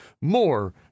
more